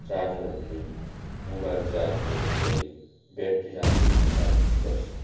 चार्जरहरूले mobile charge गर गरे battery राम्रो चार्ज हुने गर्छ